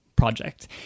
Project